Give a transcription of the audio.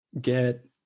get